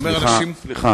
סליחה.